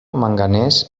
manganès